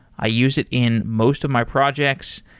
i use it in most of my projects.